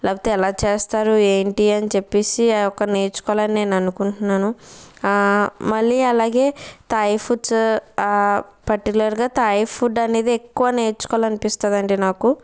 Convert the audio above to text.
లేకపోతే ఎలా చేస్తారు ఏంటి అని చెప్పేసి ఒక నేర్చుకోవాలని నేనుకుంటున్నాను మళ్ళీ అలాగే థాయ్ ఫుడ్స్ పర్టిక్యులర్గా థాయ్ ఫుడ్ అనేదే ఎక్కువ నేర్చుకోవలనిపిస్తుందండి నాకు